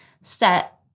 set